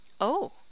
Oh